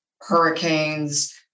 hurricanes